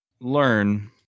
learn